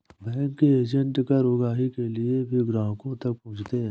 bank के agent कर उगाही के लिए भी ग्राहकों तक पहुंचते हैं